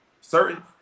certain